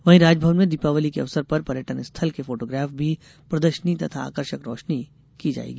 वहीं राजभवन में दीपावली के अवसर पर पर्यटन स्थल के फोटोग्राफ की प्रदर्शनी तथा आकर्षक रोशनी की जायेगी